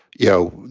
you know,